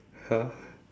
!huh!